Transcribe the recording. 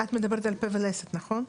את מדברת על פה ולסת נכון?